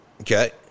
okay